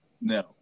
no